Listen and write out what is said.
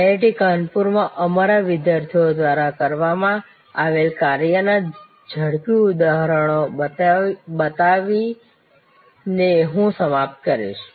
IIT કાનપુરમાં અમારા વિદ્યાર્થીઓ દ્વારા કરવામાં આવેલ કાર્યના ઝડપી ઉદાહરણો બતાવીને હું સમાપ્ત કરીશ